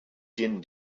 din